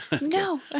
No